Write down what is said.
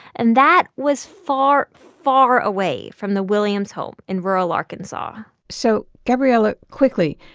and that was far, far away from the williams home in rural arkansas so, gabrielle, ah quickly,